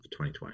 2020